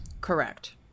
Correct